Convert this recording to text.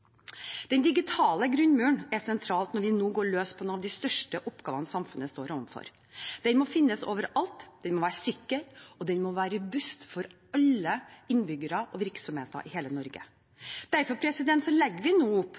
Den digitale grunnmuren er sentral når vi nå går løs på noen av de største oppgavene samfunnet står overfor. Den må finnes overalt, den må være sikker, og den må være robust for alle innbyggere og virksomheter i hele Norge. Derfor legger vi nå opp